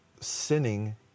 sinning